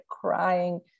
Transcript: crying